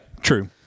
true